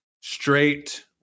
straight